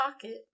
pocket